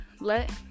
Let